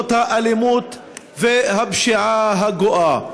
האלימות והפשיעה הגואה.